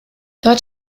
dort